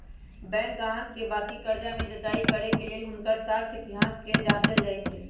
bank गाहक के बाकि कर्जा कें जचाई करे के लेल हुनकर साख इतिहास के जाचल जाइ छइ